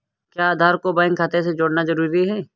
क्या आधार को बैंक खाते से जोड़ना जरूरी है?